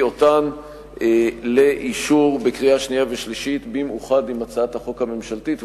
אותן לאישור בקריאה שנייה ושלישית במאוחד עם הצעת החוק הממשלתית,